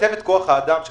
מצבת כוח האדם של